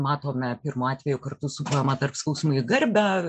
matome pirmu atveju kartu su drama tarp skausmų į garbę